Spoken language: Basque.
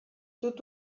dut